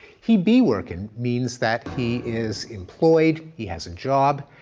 he be workin, means that he is employed he has a job,